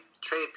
trade